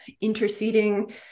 interceding